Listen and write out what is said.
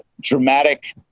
dramatic